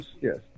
Yes